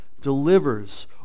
delivers